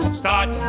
start